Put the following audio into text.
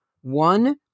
One